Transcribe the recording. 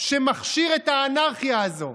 שמכשיר את האנרכיה הזו?